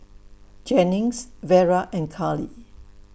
Jennings Vera and Carly